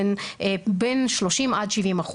בין 30% עד 70%,